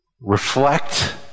reflect